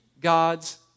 God's